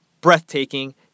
breathtaking